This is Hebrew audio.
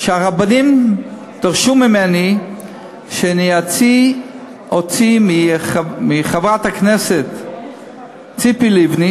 הרבנים דרשו ממני שאני אוציא מחברת הכנסת ציפי לבני